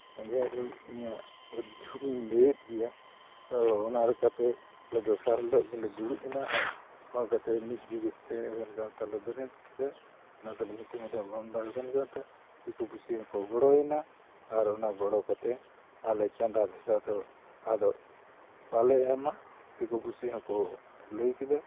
ᱡᱟᱭᱦᱳᱠ ᱤᱧᱟᱹᱜ ᱩᱫᱽᱫᱷᱳᱜᱤᱧ ᱞᱟᱹᱭᱮᱫ ᱜᱮᱭᱟ ᱛᱚ ᱚᱱᱟ ᱞᱮᱠᱟᱛᱮ ᱟᱞᱮ ᱫᱚᱥᱟᱨ ᱦᱤᱞᱳᱜ ᱜᱮᱞᱮ ᱫᱩᱲᱩᱵ ᱮᱱᱟ ᱟᱨ ᱚᱱᱟ ᱠᱟᱛᱮ ᱢᱤᱫ ᱡᱩᱜᱩᱫᱛᱮ ᱮᱵᱷᱮᱱ ᱜᱟᱶᱛᱟ ᱞᱮ ᱵᱮᱨᱮᱫ ᱠᱮᱫᱟ ᱚᱱᱟ ᱫᱚᱞᱮ ᱧᱩᱛᱩᱢᱟᱫᱟ ᱵᱟᱢᱫᱟ ᱮᱵᱷᱮᱱ ᱜᱟᱶᱛᱟ ᱫᱤᱠᱩ ᱯᱩᱥᱤ ᱦᱚᱸᱠᱚ ᱜᱚᱲᱚᱭᱮᱱᱟ ᱟᱨ ᱚᱱᱟ ᱜᱚᱲᱚ ᱠᱟᱛᱮ ᱟᱞᱮ ᱪᱟᱸᱫᱟ ᱵᱷᱮᱫᱟ ᱫᱚ ᱟᱫᱚ ᱵᱟᱞᱮ ᱮᱢᱟ ᱫᱤᱠᱩ ᱯᱩᱥᱤ ᱦᱚᱸᱠᱚ ᱞᱟᱹᱭ ᱠᱮᱫᱟ